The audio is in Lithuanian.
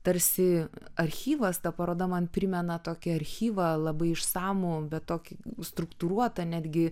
tarsi archyvas ta paroda man primena tokį archyvą labai išsamų bet tokį struktūruotą netgi